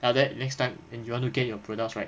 after that next time then you want to get your products right